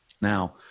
now